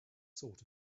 sort